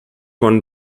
won